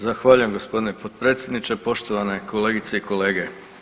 Zahvaljujem gospodine potpredsjedniče, poštovane kolegice i kolege.